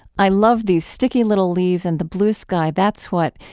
i love these sticky little leaves and the blue sky. that's what,